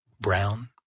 brown